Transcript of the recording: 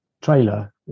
trailer